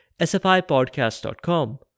sfipodcast.com